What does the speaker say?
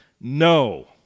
no